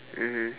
mmhmm